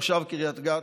תושב קריית גת.